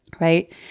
Right